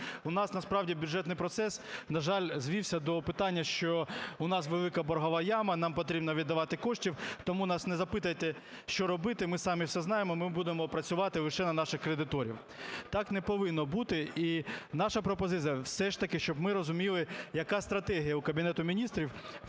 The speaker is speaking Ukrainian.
у нас насправді бюджетний процес, на жаль, звівся до питання, що у нас велика боргова яма, нам потрібно віддавати кошти, тому нас не запитуйте, що робити, ми самі все знаємо, ми будемо працювати лише на наших кредиторів. Так не повинно бути і наша пропозиція все ж таки, щоб ми розуміли, яка стратегія у Кабінету Міністрів